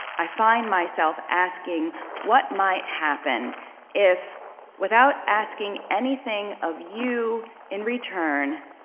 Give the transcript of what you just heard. i find myself asking what might happen if without asking anything of you in return,